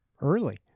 early